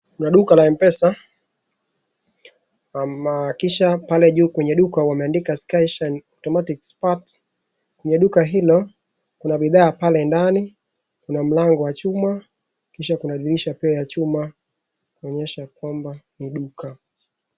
Kuna duka la Mpesa, kisha pale juu kwenye duka wameandika SKY SHINE AUTOMATIC SPATRK . Mwenye duka hilo kuna bidhaa pale ndani kuna mlango wa chuma kisha kuna dirisha ya chuma ikionyesha kwamba ni duka.